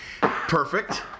Perfect